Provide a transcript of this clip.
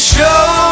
Show